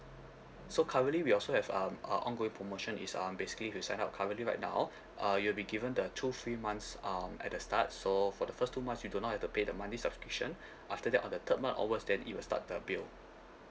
so currently we also have um a ongoing promotion is um basically if you sign up currently right now uh you'll be given the two free months um at the start so for the first two months you do not have to pay the monthly subscription after that on the third month onwards then it will start the bill